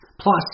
Plus